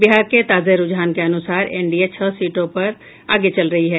बिहार के ताजे रूझान के अनुसार एनडीए छह सीटों पर आगे चल रही है